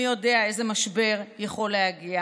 מי יודע איזה משבר יכול להגיע